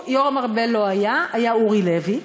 יורם ארבל לא היה, היה אורי לוי.